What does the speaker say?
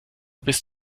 bis